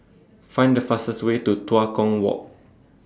Find The fastest Way to Tua Kong Walk